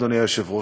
אדוני היושב-ראש.